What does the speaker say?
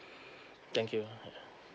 thank you